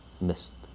missed